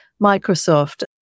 Microsoft